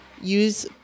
use